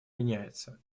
меняется